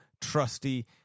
trusty